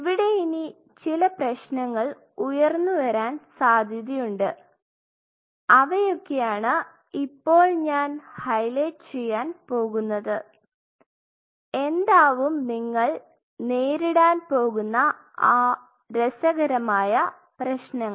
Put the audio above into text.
ഇവിടെ ഇനി ചില പ്രശ്നങ്ങൾ ഉയർന്നു വരാൻ സാധ്യതയുണ്ട് അവയൊക്കെയാണ് ഇപ്പോൾ ഞാൻ ഹൈലൈറ്റ് ചെയ്യാൻ പോകുന്നത് എന്താവും നിങ്ങൾ നേരിടാൻ പോകുന്ന ആ രസകരമായ പ്രശ്നങ്ങൾ